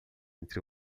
entre